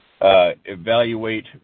evaluate